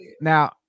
now